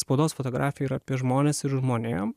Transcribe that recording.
spaudos fotografija yra apie žmones ir žmonėm